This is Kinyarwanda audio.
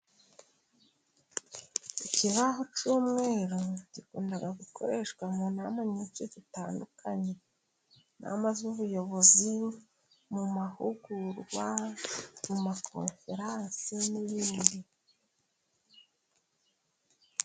Ikibaho cy'umweru, gikunda gukoreshwa mu nama nyinshi zitandukanye inama z'ubuyobozi, mu mahugurwa, mu makonferensi n'ibindi.